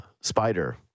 Spider